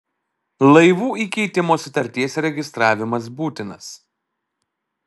laivų įkeitimo sutarties registravimas būtinas